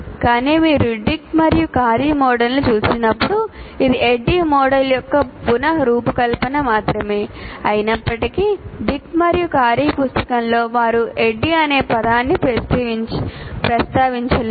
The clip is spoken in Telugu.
కానీ మీరు డిక్ మరియు కారీ మోడల్ను చూసినప్పుడు ఇది ADDIE మోడల్ యొక్క పునః రూపకల్పన మాత్రమే అయినప్పటికీ డిక్ మరియు కారీ పుస్తకంలో వారు ADDIE అనే పదాన్ని ప్రస్తావించలేదు